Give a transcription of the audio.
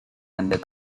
ended